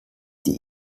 die